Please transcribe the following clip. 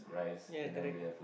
ya correct